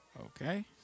Okay